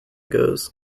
goes